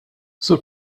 sur